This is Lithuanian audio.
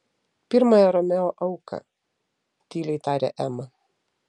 pirmąją romeo auką tyliai tarė ema